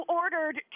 ordered